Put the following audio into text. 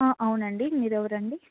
అవునండి మీరు ఎవరండి